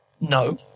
No